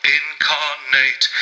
incarnate